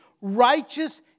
Righteous